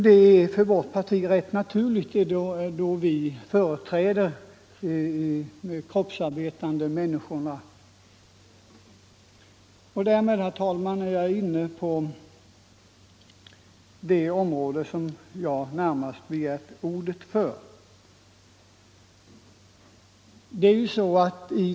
Det är för vårt parti rätt naturligt då vi företräder de kroppsarbetande människorna. Därmed, herr talman, är jag inne på det område som jag närmast begärt ordet för.